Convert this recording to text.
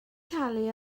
talu